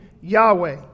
Yahweh